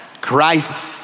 Christ